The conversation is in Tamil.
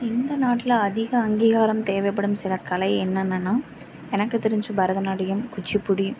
இந்த நாட்டில் அதிக அங்கீகாரம் தேவைப்படும் சில கலை என்னென்னனால் எனக்கு தெரிஞ்சு பரதநாட்டியம் குச்சிப்பிடி